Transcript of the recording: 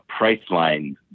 Priceline